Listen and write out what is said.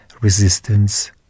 resistance